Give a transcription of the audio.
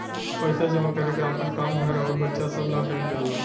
पइसा जमा कर के आपन काम, घर अउर बच्चा सभ ला कइल जाला